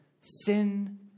sin